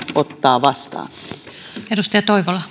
ottaa vastaan